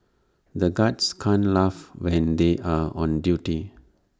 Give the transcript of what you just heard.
the guards can't laugh when they are on duty